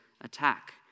attack